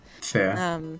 fair